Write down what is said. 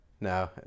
no